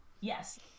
Yes